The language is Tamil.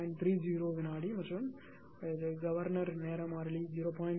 30 வினாடி மற்றும் கவர்னர் நேர மாறிலி 0